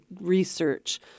research